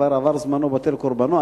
כבר עבר זמנו בטל קורבנו.